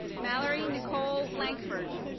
mallory nicole lankford.